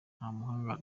ntamuhanga